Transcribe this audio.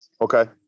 Okay